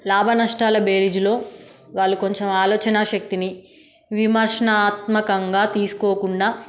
లాభనష్టాల బేరీజులో వాళ్ళు కొంచెం ఆలోచనా శక్తిని విమర్శనాత్మకంగా తీసుకోకుండా